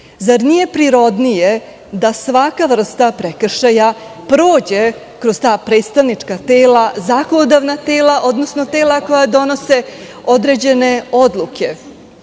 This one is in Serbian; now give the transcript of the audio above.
Zar nije prirodnije da svaka vrsta prekršaja prođe kroz ta predstavnička tela, zakonodavna tela, odnosno, tela koja donose određene odluke?